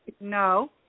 No